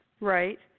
Right